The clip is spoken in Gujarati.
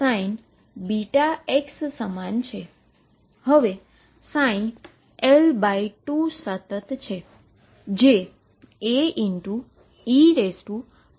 હવે L2 સતત છે